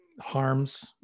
harms